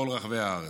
בכל רחבי הארץ.